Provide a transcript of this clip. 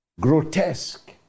grotesque